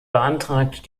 beantragt